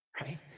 Right